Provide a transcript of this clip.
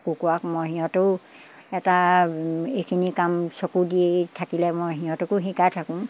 কুকুৰাক মই সিহঁতেও এটা এইখিনি কাম চকু দি থাকিলে মই সিহঁতকো শিকাই থাকোঁ